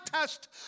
test